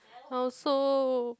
I also